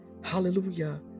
Hallelujah